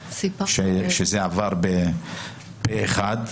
וזה עבר פה אחד.